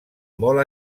molt